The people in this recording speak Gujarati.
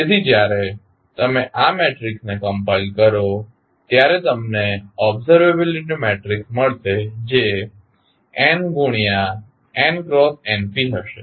તેથી જ્યારે તમે આ મેટ્રિક્સને કમ્પાઇલ કરો ત્યારે તમને ઓબ્ઝર્વેબીલીટી મેટ્રિક્સ મળશે જે n ગુણ્યા n×np હશે